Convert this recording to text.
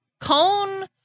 cone